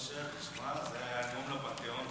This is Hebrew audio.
אושר, שמע, זה היה נאום לפנתיאון.